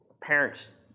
parents